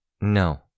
No